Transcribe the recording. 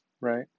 Right